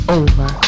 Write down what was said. over